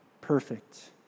perfect